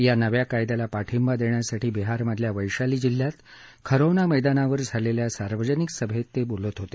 या नव्या कायद्याला पाठिंबा देण्यासाठी बिहारमधल्या वैशाली जिल्ह्यात खरौना मैदानावर झालेल्या सार्वजनिक सभेत ते बोलत होते